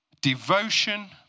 devotion